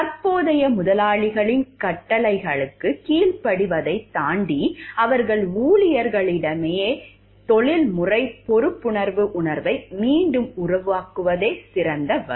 தற்போதைய முதலாளிகளின் கட்டளைகளுக்குக் கீழ்ப்படிவதைத் தாண்டி அவர்களின் ஊழியர்களிடையே தொழில்முறை பொறுப்புணர்வு உணர்வை மீண்டும் உருவாக்குவதே சிறந்த வழி